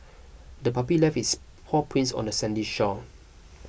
the puppy left its paw prints on the sandy shore